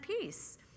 peace